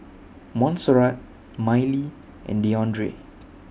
Montserrat Miley and Deandre